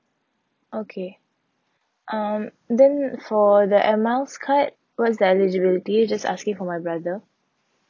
okay um then for the air miles card what is the eligibility just asking for my brother